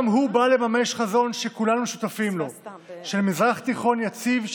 גם הוא בא לממש חזון שכולנו שותפים לו של מזרח תיכון יציב,